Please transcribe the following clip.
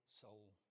soul